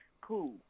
cool